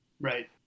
Right